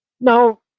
Now